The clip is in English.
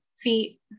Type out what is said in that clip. feet